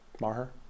Maher